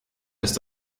ist